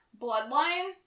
Bloodline